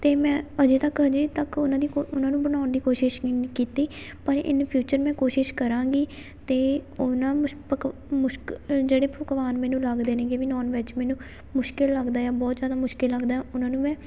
ਅਤੇ ਮੈਂ ਅਜੇ ਤੱਕ ਅਜੇ ਤੱਕ ਉਹਨਾਂ ਦੀ ਕੋ ਉਹਨਾਂ ਨੂੰ ਬਣਾਉਣ ਦੀ ਕੋਸ਼ਿਸ਼ ਨਹੀਂ ਕੀਤੀ ਪਰ ਇਨ ਫਿਊਚਰ ਮੈਂ ਕੋਸ਼ਿਸ਼ ਕਰਾਂਗੀ ਅਤੇ ਉਹਨਾਂ ਜਿਹੜੇ ਪਕਵਾਨ ਮੈਨੂੰ ਲੱਗਦੇ ਨੇ ਗੇ ਵੀ ਨੋਨ ਵੈੱਜ ਮੈਨੂੰ ਮੁਸ਼ਕਲ ਲੱਗਦਾ ਆ ਬਹੁਤ ਜ਼ਿਆਦਾ ਮੁਸ਼ਕਲ ਲੱਗਦਾ ਉਹਨਾਂ ਨੂੰ ਮੈਂ